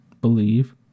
believe